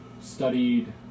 ...studied